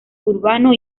urbano